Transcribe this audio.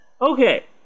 Okay